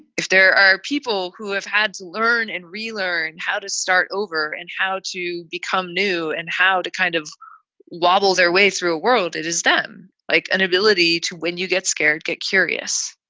if there are people who have had to learn and relearned how to start over and how to become new and how to kind of loblaw their way through a world, it is them like an ability to win. you get scared, get curious.